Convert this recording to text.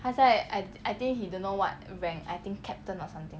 他现在 I I think he don't know what rank I think captain or something